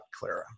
Clara